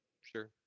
Sure